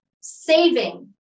saving